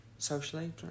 Socially